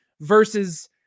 versus